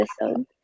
episode